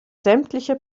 sämtliche